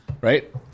Right